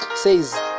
Says